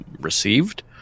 received